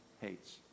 hates